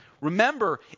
Remember